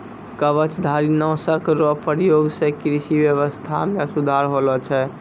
कवचधारी नाशक रो प्रयोग से कृषि व्यबस्था मे सुधार होलो छै